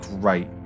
great